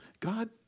God